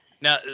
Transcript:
Now